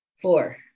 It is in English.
Four